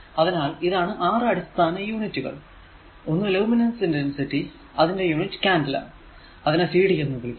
അതിനാൽ ഇതാണ് 6 അടിസ്ഥാന യൂണിറ്റുകൾ ഒന്ന് ലൂമിനസ് ഇന്റെൻസിറ്റി അതിന്റെ യൂണിറ്റ് കാന്റല അതിനെ cd എന്ന് വിളിക്കുന്നു